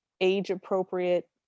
age-appropriate